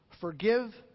Forgive